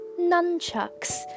nunchucks